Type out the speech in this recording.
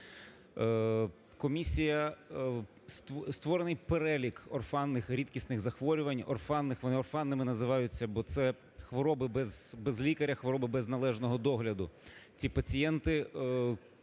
життя. Створений перелік орфанних рідкісних захворювань, орфанних, вони орфанними називаються, бо це хвороби без лікаря, хвороби без належного догляду, ці пацієнти,